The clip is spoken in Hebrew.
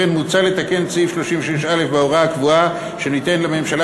לכן מוצע לתקן את סעיף 36א בהוראה קבועה שתיתן לממשלה